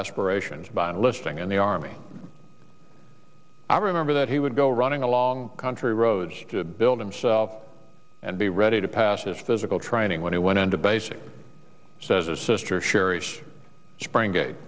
aspirations by enlisting in the army i remember that he would go running along country roads built himself and be ready to pass his physical training when he went into basic says his sister sherry spring